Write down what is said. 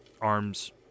arms